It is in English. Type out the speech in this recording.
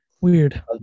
weird